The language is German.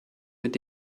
mit